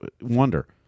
wonder